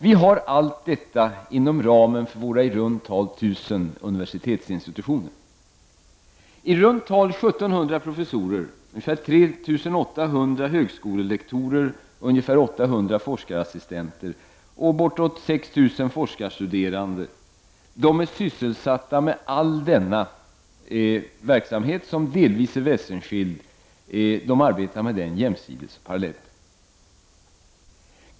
Vi har allt detta inom ramen för våra i runt tal 1 000 universitetsinstitutioner. karassistenter och bortåt 6 000 forskarstuderande är jämsides och parallellt sysselsatta med all denna, delvis väsensskilda, verksamhet.